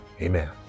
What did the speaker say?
amen